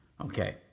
Okay